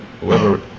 whoever